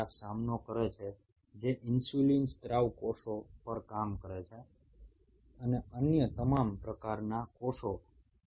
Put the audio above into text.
এবং আমি নিশ্চিত যে যারা ইনসুলিন নিঃসরণকারী কোষ বা ওই জাতীয় কোনো কোষ নিয়ে কাজ করে তারা এই চ্যালেঞ্জের সম্মুখীন হয়